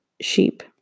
sheep